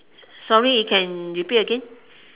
sorry you can repeat again